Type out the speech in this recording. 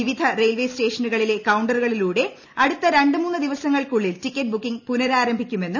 വിവിധ റെയിൽവേ സ്റ്റേഷനുകളിട്ട് കൌ റുകളിലൂടെ അടുത്ത ര മൂന്ന് ദിവസങ്ങൾക്കുള്ളിൽ ടിക്കറ്റ് പുനരാരംഭിക്കുമെന്നു